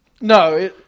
No